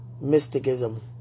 Mysticism